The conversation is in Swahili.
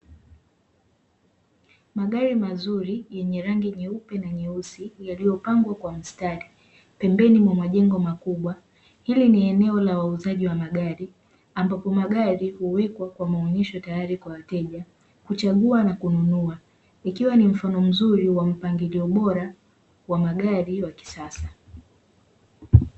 Magari mazuri yenye rangi nyeupe na nyeusi, yaliyopangwa kwa mstari, pembeni mwa majengo makubwa. Hili ni eneo la wauzaji wa magari, ambapo magari huwekwa kwa maonyesho tayari kwa wateja. Huchagua na kununua, ikiwa ni mfano mzuri wa mpangilio bora wa magari wa kisasa.